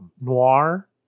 noir